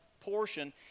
portion